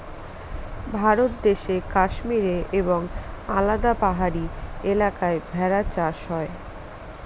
ভারত দেশে কাশ্মীরে এবং আলাদা পাহাড়ি এলাকায় ভেড়া চাষ হয়